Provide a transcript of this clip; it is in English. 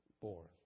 born